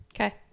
Okay